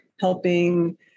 helping